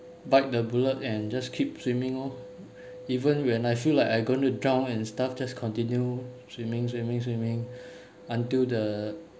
bite the bullet and just keep swimming lor even when I feel like I going to drown and stuff just continue swimming swimming swimming until the